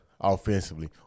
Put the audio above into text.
offensively